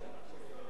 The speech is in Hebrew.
מה ההיגיון בזה?